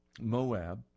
Moab